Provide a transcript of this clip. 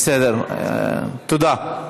תודה.